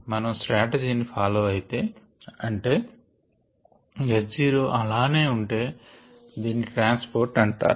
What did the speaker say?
మనం ఈ స్ట్రాటజీ ని ఫాలో అయితే అంటే S0 అలానే ఉంటే దీని ట్రాన్స్ పోర్ట్ అంటారు